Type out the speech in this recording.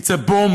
It's a bomb,